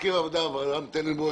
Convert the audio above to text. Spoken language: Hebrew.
מזכיר הוועדה אברהם טננבוים,